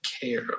care